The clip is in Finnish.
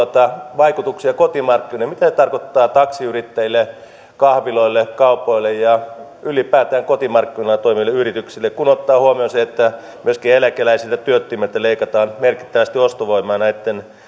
vaikutuksia kotimarkkinoihin mitä se tarkoittaa taksiyrittäjille kahviloille kaupoille ja ylipäätään kotimarkkinoilla toimiville yrityksille kun ottaa huomioon sen että myöskin eläkeläisiltä ja työttömiltä leikataan merkittävästi ostovoimaa näitten